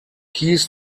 keys